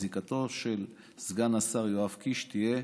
זיקתו של סגן השר יואב קיש תהיה